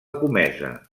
comesa